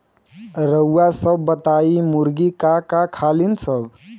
रउआ सभ बताई मुर्गी का का खालीन सब?